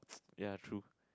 ya true